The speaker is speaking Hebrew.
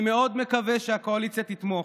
אני מאוד מקווה שהקואליציה תתמוך,